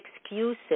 excuses